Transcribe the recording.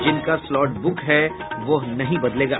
जिनका slot book है वह नहीं बदलेगा